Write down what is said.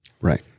Right